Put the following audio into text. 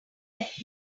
let